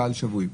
קהל שבוי,